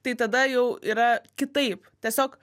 tai tada jau yra kitaip tiesiog